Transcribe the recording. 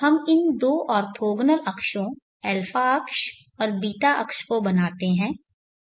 हम इन दो ओर्थोगोनल अक्षों α अक्ष और β अक्ष को बनाते हैं